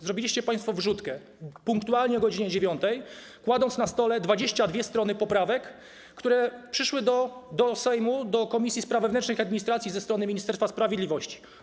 Zrobiliście państwo wrzutkę punktualnie o godz. 9, kładąc na stole 22 strony poprawek, które przyszły do Sejmu, do Komisji Spraw Wewnętrznych i Administracji ze strony Ministerstwa Sprawiedliwości.